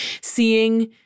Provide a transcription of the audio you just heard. seeing